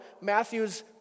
Matthew's